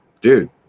dude